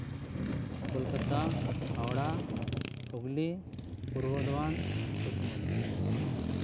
Kolkata Howrah Hooghly Purba Bardhaman Paschim Bardhaman